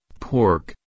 Pork